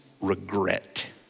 regret